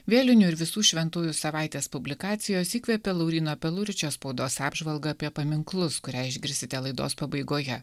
vėlinių ir visų šventųjų savaitės publikacijos įkvėpė lauryno peluričio spaudos apžvalgą apie paminklus kurią išgirsite laidos pabaigoje